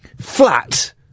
flat